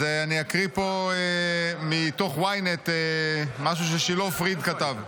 אז אני אקריא פה מתוך ynet משהו ששילה פריד כתב.